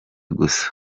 gusa